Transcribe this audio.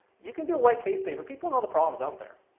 you can do white case paper. people know the problem's out there.